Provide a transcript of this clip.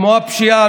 כמו הפשיעה,